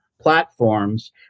platforms